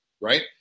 Right